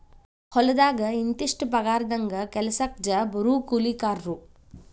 ಹೊಲದಾಗ ಇಂತಿಷ್ಟ ಪಗಾರದಂಗ ಕೆಲಸಕ್ಜ ಬರು ಕೂಲಿಕಾರರು